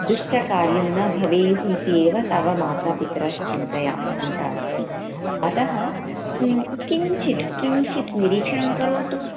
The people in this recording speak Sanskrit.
दुष्टकार्यं न भवेयुः इति एव तव मातापितरौ चिन्तया चिन्ता अस्ति अतः किञ्चित् किञ्चित् निरीक्षणं करोतु